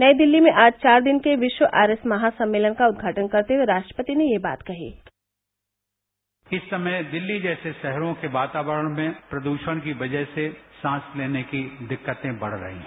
नई दिल्ली में आज चार दिन के विश्व आर्य महासम्मेलन का उद्घाटन करते हुए राष्ट्रपति ने यह बात कही इस समय दिल्ली जैसे शहरों के वातावरण में प्रदूषण की वजह से सांस लेने की दिक्कतें बढ़ रही हैं